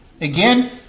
Again